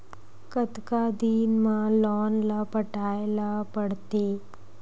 कतका दिन मा लोन ला पटाय ला पढ़ते?